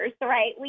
right